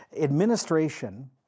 Administration